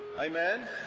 Amen